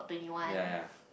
ya ya